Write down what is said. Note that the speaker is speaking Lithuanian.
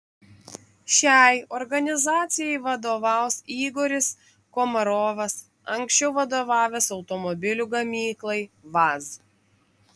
šiai organizacijai vadovaus igoris komarovas anksčiau vadovavęs automobilių gamyklai vaz